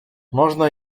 można